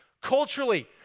culturally